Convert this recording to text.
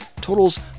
totals